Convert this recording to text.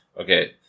Okay